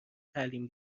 تعلیم